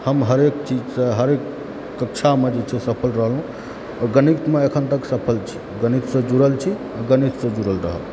हम हरेक चीजसँ हरेक कक्षामे जे छै सफल रहलहुँ आओर गणितमे एखन तक सफल छी गणितसँ जुड़ल छी आओर गणितसँ जुड़ल रहब